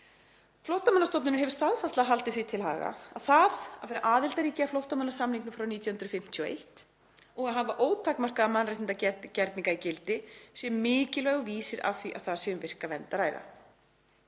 Flóttamannastofnunin hefur staðfastlega haldið því til haga að það að vera „aðildarríki að flóttamannasamningnum frá 1951 og að hafa ótakmarkaða mannréttindagerninga í gildi“ sé „mikilvægur vísir“ að því að þar sé um virka vernd að ræða.